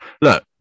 look